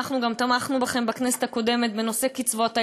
אנחנו גם תמכנו בכם בכנסת הקודמת בנושא קצבאות הילדים.